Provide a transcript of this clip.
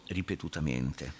ripetutamente